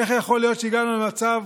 איך יכול להיות שהגענו למצב